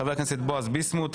חבר הכנסת בועז ביסמוט.